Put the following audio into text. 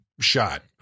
shot